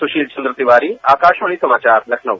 सुशील चंद्र तिवारी आकाशवाणी समाचार लखनऊ